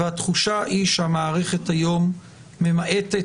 והתחושה היא שהמערכת היום ממעטת,